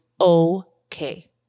okay